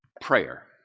Prayer